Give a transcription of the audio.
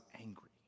angry